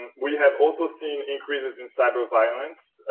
and we have also seen increases in cyberviolence.